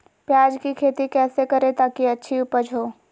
प्याज की खेती कैसे करें ताकि अच्छी उपज हो?